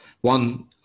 One